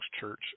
Church